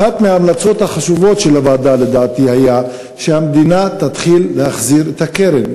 אחת מההמלצות של הוועדה הייתה שהמדינה תתחיל להחזיר את הקרן,